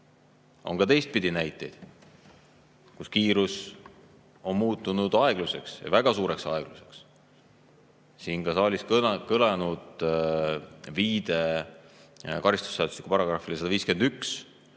ka teistpidiseid näiteid, kus kiirus on muutunud aegluseks ja väga suureks aegluseks. Siin saalis on kõlanud viide karistusseadustiku §‑le 151,